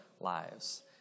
lives